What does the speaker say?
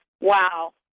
wow